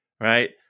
right